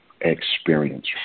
experience